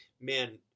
man